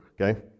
okay